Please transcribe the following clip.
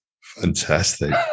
Fantastic